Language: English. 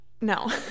No